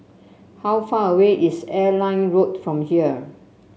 how far away is Airline Road from here